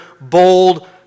bold